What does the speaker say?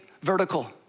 vertical